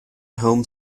home